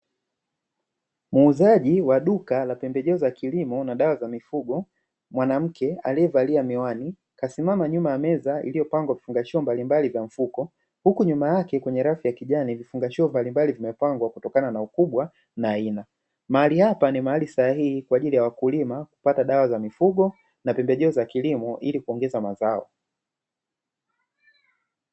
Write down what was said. Muuzaji wa duka la pembejeo za kilimo na dawa za mifugo mwanamke aliyevalia miwani, kasimama nyuma ya meza iliyopangwa vifungashio mbalimbali vya mifuko, huku nyuma yake kwenye rafu ya kijani vifungashio mbalimbali vimepangwa kutokana na ukubwa na aina. Mahali hapa ni mahali sahihi kwa ajili ya wakulima kupata dawa za mifugo na pembejeo za kilimo ili kuongeza mazao.